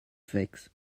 fix